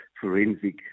forensic